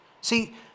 See